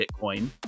Bitcoin